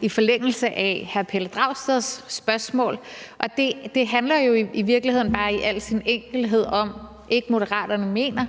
i forlængelse af hr. Pelle Dragsteds spørgsmål, og det handler i virkeligheden i al sin enkelhed bare om, om ikke Moderaterne mener,